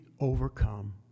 overcome